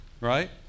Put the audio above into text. Right